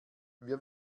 wir